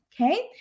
okay